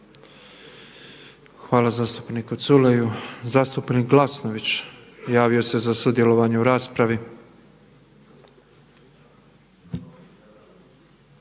Hvala zastupniku Culeju. Zastupnik Glasnović javio se za sudjelovanje u raspravi.